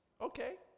okay